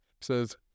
says